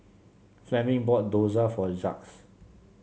Fleming bought Dosa for Jacques